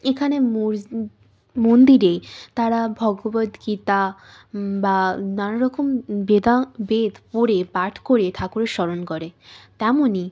এখানে ম মন্দিরে তারা ভগবদ্ গীতা বা নানারকম বেদা বেদ পড়ে পাঠ করে ঠাকুরের স্মরণ করে তেমনই